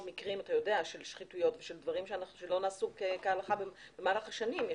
מקרים של שחיתויות ודברים שלא נעשו כהלכה במהלך השנים.